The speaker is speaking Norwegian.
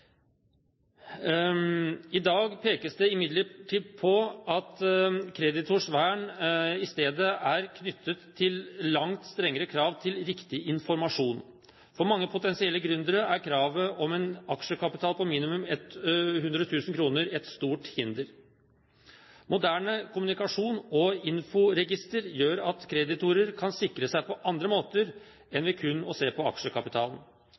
I dag pekes det imidlertid på at kreditors vern i stedet er knyttet til langt strengere krav til riktig informasjon. For mange potensielle gründere er kravet om en aksjekapital på minimum 100 000 kr et stort hinder. Moderne kommunikasjon og inforegister gjør at kreditorer kan sikre seg på andre måter enn ved kun å se på aksjekapitalen.